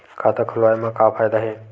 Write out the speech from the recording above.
खाता खोलवाए मा का फायदा हे